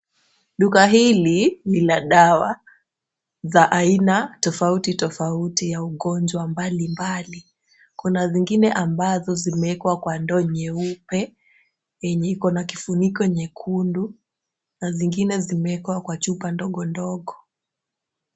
Duka hili lina dawa za aina tofauti tofauti ya ugonjwa mbalimbali. Kuna zingine ambazo zimeekwa kwa ndoo nyeupe yenye ikona kifuniko nyekundu na zingine zimeekwa kwa chupa ndogondogo.